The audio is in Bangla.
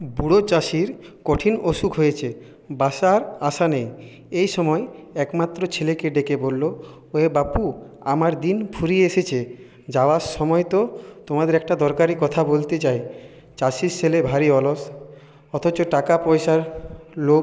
বুড়ো চাষির কঠিন অসুখ হয়েছে বাঁচার আশা নেই এই সময় একমাত্র ছেলেকে ডেকে বললো ওরে বাপু আমার দিন ফুরিয়ে এসেছে যাওয়ার সময় তো তোমাদের একটা দরকারি কথা বলতে চাই চাষির ছেলে ভারি অলস অথচ টাকা পয়সার লোভ